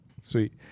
sweet